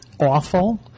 awful